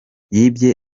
yibye